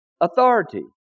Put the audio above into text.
authority